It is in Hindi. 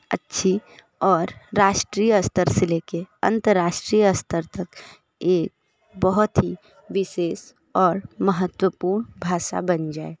अच्छी और राष्ट्रीय स्तर से लेके अन्तरराष्ट्रीय स्तर तक एक बहुत ही विशेष और महत्वपूर्ण भाषा बन जाए